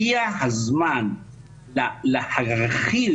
הגיע הזמן להרחיב.